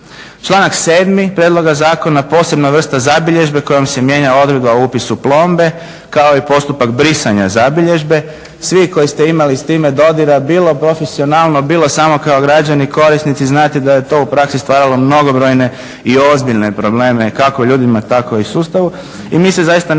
Članak 7. prijedloga zakona posebna je vrsta zabilježbe kojom se mijenja odredba o upisu plombe kao i postupak brisanja zabilježbe. Svi koji ste imali s time dodira, bilo profesionalno, bilo samo kao građani korisnici znate da je to u praksi stvaralo mnogobrojne i ozbiljne probleme kako ljudima tako i sustavu. I mi se zaista nadamo